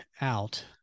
out